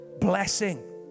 blessing